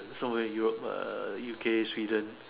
so many in Europe uh U_K Sweden